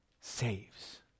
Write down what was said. saves